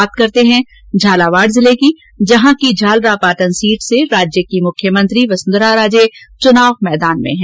बात करते हैं झालावाड़ जिले की जहां की झालरापाटन सीट से राज्य की मुख्यमंत्री चुनाव मैदान में हैं